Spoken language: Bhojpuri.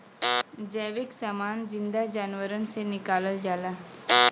जैविक समान जिन्दा जानवरन से निकालल जाला